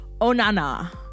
Onana